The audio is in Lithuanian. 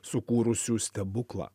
sukūrusių stebuklą